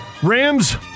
Rams